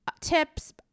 tips